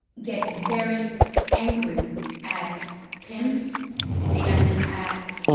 get very angry at pimps and at